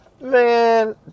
man